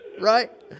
right